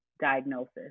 diagnosis